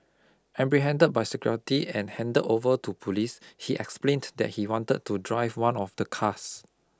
apprehended by security and handed over to police he explained that he had wanted to drive one of the cars